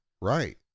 Right